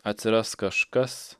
atsiras kažkas